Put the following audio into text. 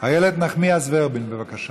איילת נחמיאס ורבין, בבקשה.